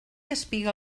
espiga